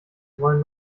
wollen